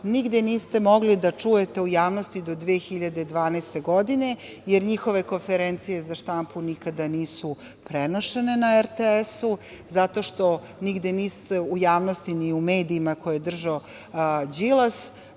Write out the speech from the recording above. nigde niste mogli da čujete u javnosti do 2012. godine, jer njihove konferencije za štampu nikada nisu prenošene na RTS-u zato što nigde u javnosti, ni u medijima koje je držao Đilas,